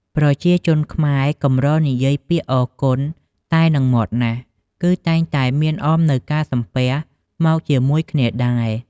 ប្រជាជនខ្មែរកម្រនិយាយពាក្យអរគុណតែនឹងមាត់ណាស់ គឺតែងតែមានអមនូវការសំពះមកជាមួយគ្នាដែរ។